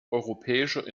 europäischer